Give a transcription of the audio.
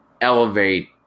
elevate